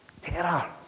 terror